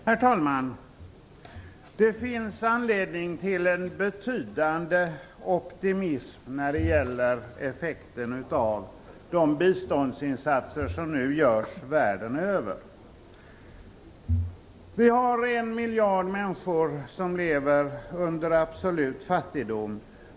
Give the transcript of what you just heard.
Herr talman! Det finns anledning till en betydande optimism när det gäller effekten av de biståndsinsatser som nu görs världen över. En miljard människor lever under absolut fattigdom.